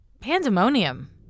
pandemonium